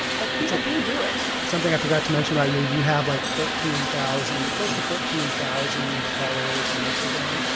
but people do, do it. something i forgot to mention about you, you have like thirteen thousand close to fourteen thousand followers on instagram.